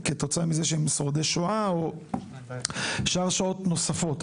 כתוצאה מזה שהם שורדי שואה או שאר שעות נוספות.